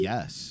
Yes